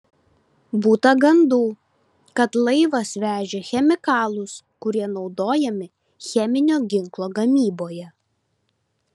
būta gandų kad laivas vežė chemikalus kurie naudojami cheminio ginklo gamyboje